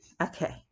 Okay